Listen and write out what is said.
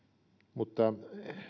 mutta